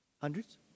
Hundreds